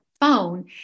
phone